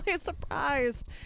surprised